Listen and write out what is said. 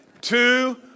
two